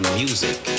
music